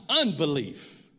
unbelief